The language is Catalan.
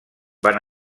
van